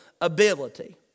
ability